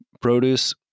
produce